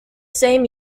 same